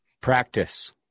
Practice